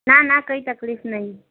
ના ના કંઈ તકલીફ નથી